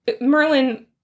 Merlin